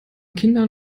kindern